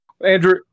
Andrew